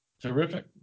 Terrific